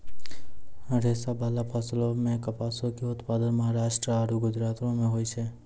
रेशाबाला फसलो मे कपासो के उत्पादन महाराष्ट्र आरु गुजरातो मे होय छै